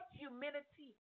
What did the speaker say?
humanity